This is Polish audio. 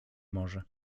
może